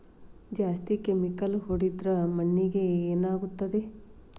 ಜಾಸ್ತಿ ಕೆಮಿಕಲ್ ಹೊಡೆದ್ರ ಮಣ್ಣಿಗೆ ಏನಾಗುತ್ತದೆ?